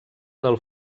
del